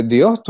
Dios